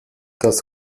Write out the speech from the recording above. das